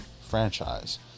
franchise